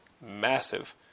massive